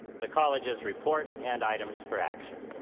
the college's report and items for action.